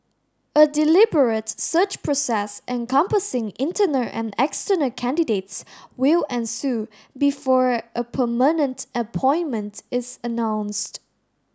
a deliberate search process encompassing internal and external candidates will ensue before a permanent appointment is announced